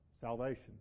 salvation